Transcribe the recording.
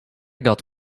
got